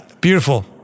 beautiful